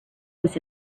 was